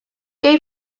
què